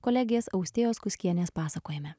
kolegės austėjos kuskienės pasakojime